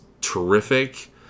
terrific